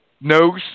No